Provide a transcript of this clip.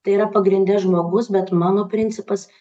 tai yra pagrinde žmogus bet mano principas